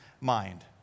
mind